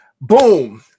Boom